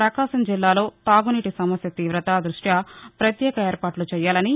పకాశం జిల్లాలో తాగునీటి సమస్య తీవత దృష్ట్య పత్యేక ఏర్పాట్లు చేయాలని